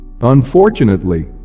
unfortunately